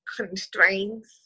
constraints